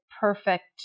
perfect